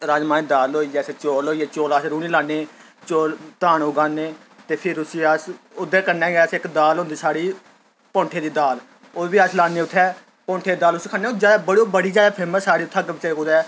राजमांह् दी दाल होई जैसे चौल होई गे चौल अस रूह्नी लान्ने चौल धान उगान्ने ते फिर उसी अस ओह्दे कन्नै गै अस इक दाल होंदी साढ़ी भोंठे दी दाल ओह् बी अस लान्ने उत्थै भोंठे दी दाल अस खन्ने ओह् जैदा बड़ी जैदा फेमस साढ़े इत्थै अग्गें पिच्छें कुतै